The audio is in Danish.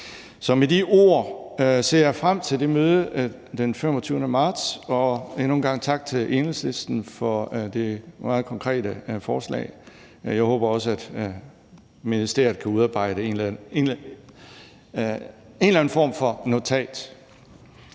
med de ord ser jeg frem til mødet den 25. marts, og endnu en gang tak til Enhedslisten for det meget konkrete forslag. Jeg håber også, at ministeriet kan udarbejde en eller anden form for notat.